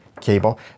cable